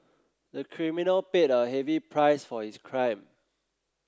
the criminal paid a heavy price for his crime